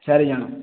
ଚାରିଜଣ